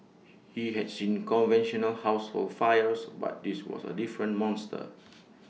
he had seen conventional household fires but this was A different monster